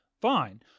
fine